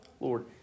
Lord